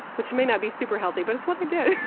which may not be super healthy, but it's what i did.